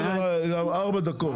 גם ארבע דקות.